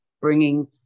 bringing